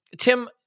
Tim